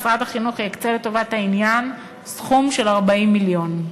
משרד החינוך יקצה לטובת העניין סכום של 40 מיליון ש"ח.